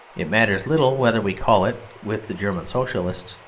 it matters little whether we call it, with the german socialists,